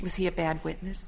was he a bad witness